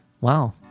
Wow